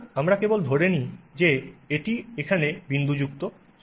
সুতরাং আমরা কেবল ধরে নিই যে এটি এখানে বিন্দুযুক্ত